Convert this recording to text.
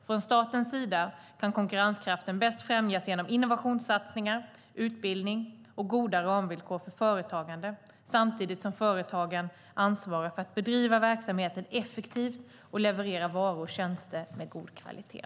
Från statens sida kan konkurrenskraften bäst främjas genom innovationssatsningar, utbildning och goda ramvillkor för företagande samtidigt som företagen ansvarar för att bedriva verksamheten effektivt och leverera varor och tjänster med god kvalitet.